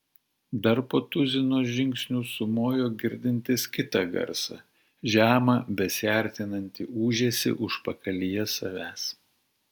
dar po tuzino žingsnių sumojo girdintis kitą garsą žemą besiartinantį ūžesį užpakalyje savęs